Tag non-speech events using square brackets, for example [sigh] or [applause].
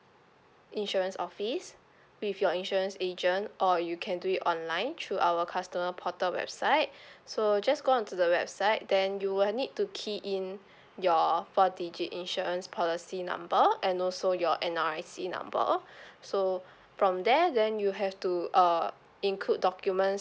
insurance office with your insurance agent or you can do it online through our customer portal website [breath] so just go on to the website then you will need to key in [breath] your four digit insurance policy number and also your N_R_I_C number [breath] so from there then you have to uh include documents